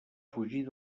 fugir